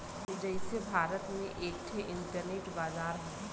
जइसे भारत में एक ठे इन्टरनेट बाजार हौ